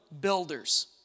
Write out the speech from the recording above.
builders